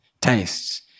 tastes